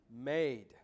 made